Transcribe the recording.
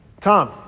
Tom